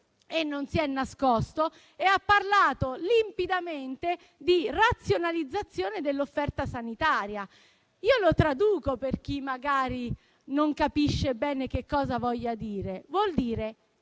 e non si è nascosto, parlando limpidamente di razionalizzazione dell'offerta sanitaria. Traduco per chi magari non capisce bene che cosa voglia dire: vuol dire